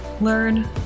Learn